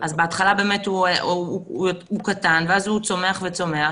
אז בהתחלה באמת הוא קטן ואז הוא צומח וצומח.